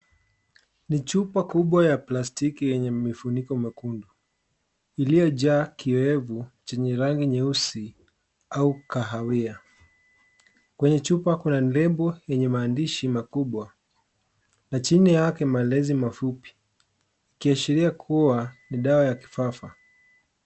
Ni chupa kubwa ya plasitiki yenye mfuniko mwekundu iliyo jaa kiwevu chenye rangi nyeusi au kahawia, kwenye chupa kuna nembo yenye maandishi makubwa na chini yake maelezo mafupi ikiashiria uwa ni dawa ya kifafafa.